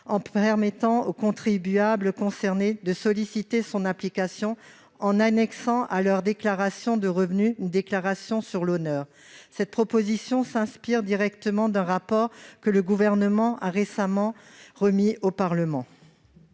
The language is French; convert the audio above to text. en permettant aux contribuables concernés d'en solliciter l'application en annexant à leur déclaration de revenus une déclaration sur l'honneur. Cette proposition s'inspire directement d'un rapport que le Gouvernement a récemment remis au Parlement.